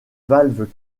valves